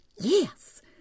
Yes